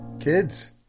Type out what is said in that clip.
Kids